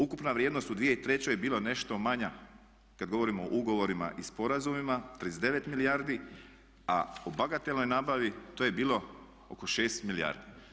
Ukupna vrijednost u 2003. je bila nešto manja kad govorimo o ugovorima i sporazumima 39 milijardi, a o bagatelnoj nabavi to je bilo oko 6 milijardi.